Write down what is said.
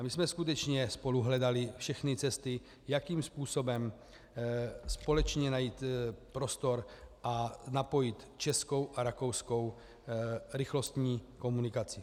My jsme skutečně spolu hledali všechny cesty, jakým způsobem společně najít prostor a napojit českou a rakouskou rychlostní komunikaci.